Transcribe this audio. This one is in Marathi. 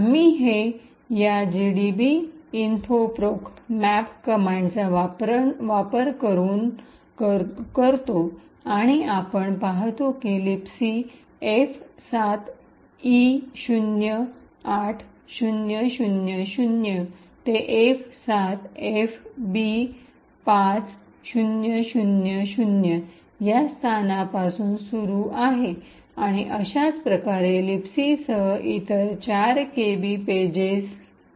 आम्ही हे या gdb info proc map कामंडचा वापर करून करतो आणि आपण पाहतो की लिबसी F7E08000 ते F7FB5000 या स्थानापासून सुरू आहे आणि अशाच प्रकारे लिबसीसह इतर 4 केबी पेजेसआहेत